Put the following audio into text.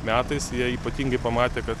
metais jie ypatingai pamatė kad